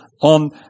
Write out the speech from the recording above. on